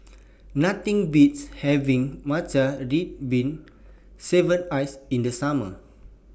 Nothing Beats having Matcha Red Bean Shaved Ice in The Summer